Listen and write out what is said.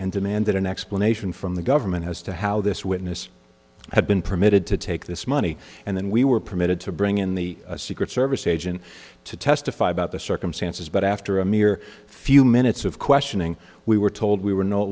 and demanded an explanation from the government as to how this witness had been permitted to take this money and then we were permitted to bring in the secret service agent to testify about the circumstances but after a mere few minutes of questioning we were told we were no